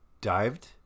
dived